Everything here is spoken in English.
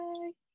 Bye